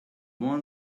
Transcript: want